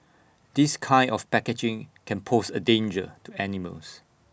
this kind of packaging can pose A danger to animals